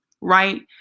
right